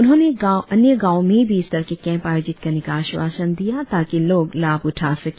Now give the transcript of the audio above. उन्होंने अन्य गांवो में भी इस तरह के कैंप आयोजित करने का आश्वासन दिया ताकि लोग लाभ उठा सके